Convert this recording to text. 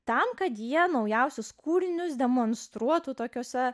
tam kad jie naujausius kūrinius demonstruotų tokiose